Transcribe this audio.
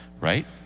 right